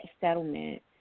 Settlement